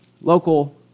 Local